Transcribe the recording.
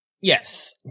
yes